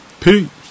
Peace